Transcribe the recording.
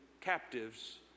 captives